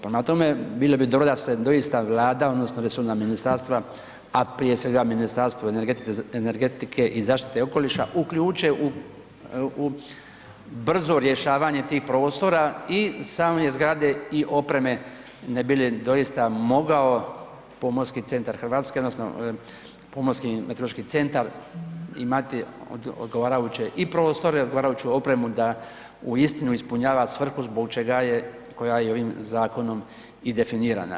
Prema tome, bilo bi dobro da se doista Vlada, odnosno resorna ministarstva a prije svega Ministarstvo energetike i zaštite okoliša uključe u brzo rješavanje tih prostora i same zgrade i opreme ne bi li doista mogao Pomorski meteorološki centar imati odgovarajuće i prostore, odgovarajuću opremu da uistinu ispunjava svrhu zbog čega je, koja je ovim zakonom i definirana.